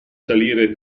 salire